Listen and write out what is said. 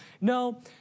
No